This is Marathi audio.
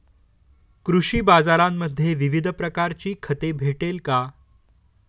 कृषी बाजारांमध्ये विविध प्रकारची खते भेटेल का?